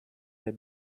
der